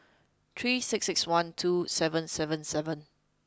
three six six one two seven seven seven